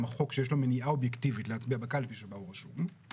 החוק שיש לו מניעה אובייקטיבית להצביע בקלפי שבה הוא רשום,